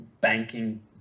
banking